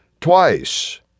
twice